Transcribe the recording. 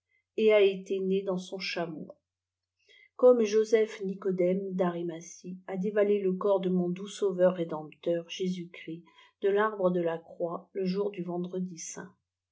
et a été né dans son chaieau comme joseph nicodème d'arimathie a dévalé e corps de mon dou sauveur rédempteur jésus-christ de i'arbre de la croix le jour du vendredi saiat